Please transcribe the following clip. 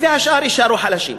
והשאר יישארו חלשים.